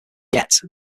yet